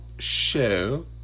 show